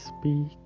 speak